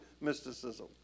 Mysticism